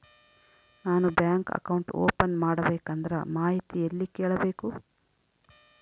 ನಾನು bank account open ಮಾಡಬೇಕಂದ್ರ ಮಾಹಿತಿ ಎಲ್ಲಿ ಕೇಳಬೇಕು?